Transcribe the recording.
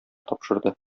тапшырды